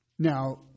Now